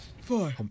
Four